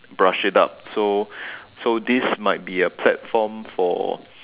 brush it up so so this might be a platform for